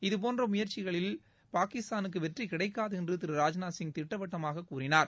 இது போன்ற முயற்சிகளிலும் பாகிஸ்தானுக்கு வெற்றி கிடைக்காது என்று திரு ராஜ்நாத் சிங் திட்டவட்டமாக தெரிவித்தார்